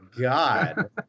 God